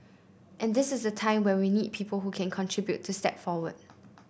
and this is a time when we need people who can contribute to step forward